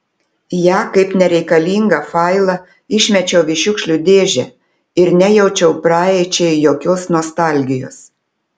ją kaip nereikalingą failą išmečiau į šiukšlių dėžę ir nejaučiau praeičiai jokios nostalgijos